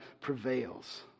prevails